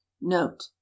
note